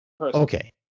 Okay